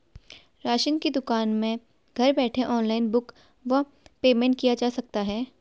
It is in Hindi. राशन की दुकान में घर बैठे ऑनलाइन बुक व पेमेंट किया जा सकता है?